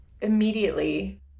Immediately